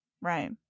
right